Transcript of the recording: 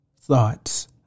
thoughts